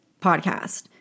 podcast